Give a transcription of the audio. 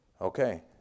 Okay